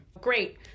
Great